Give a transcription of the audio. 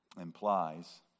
implies